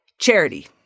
charity